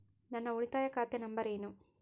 ನನ್ನ ಉಳಿತಾಯ ಖಾತೆ ನಂಬರ್ ಏನು?